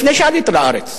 לפני שעלית לארץ,